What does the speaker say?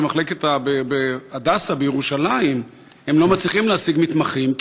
שבהדסה בירושלים לא מצליחים להשיג מתמחים,